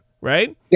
right